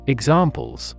Examples